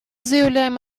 заявляем